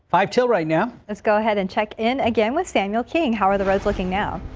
i tell right now let's go ahead and check in again with daniel king, how are the roads looking now.